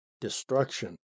destruction